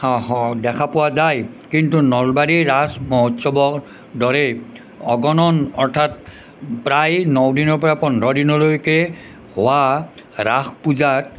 দেখা পোৱা যায় কিন্তু নলবাৰী ৰাস মহোৎসৱৰ দৰে অগণন অৰ্থাৎ প্ৰায় নওঁ দিনৰ পৰা পোন্ধৰ দিনলৈকে হোৱা ৰাস পূজাত